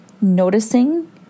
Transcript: noticing